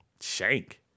Shank